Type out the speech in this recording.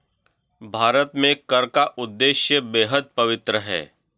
भारत में कर का उद्देश्य बेहद पवित्र है